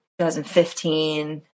2015